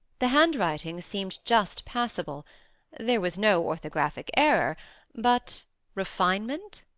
the handwriting seemed just passable there was no orthographic error but refinement?